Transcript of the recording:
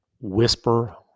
whisper